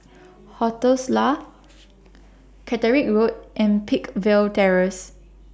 hotels La Catterick Road and Peakville Terrace